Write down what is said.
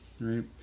right